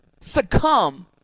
succumb